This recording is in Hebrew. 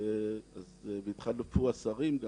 והתחלפו השרים,